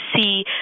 see